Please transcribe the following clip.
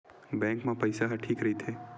Bank मा पईसा ह ठीक राइथे?